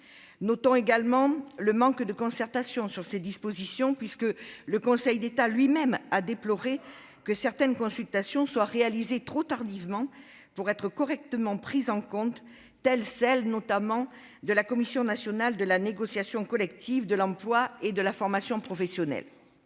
Notons également le manque de concertation sur ces dispositions, puisque le Conseil d'État lui-même a déploré « que certaines consultations soient réalisées trop tardivement pour être correctement prises en compte, telle celle de la Commission nationale de la négociation collective, de l'emploi et de la formation professionnelle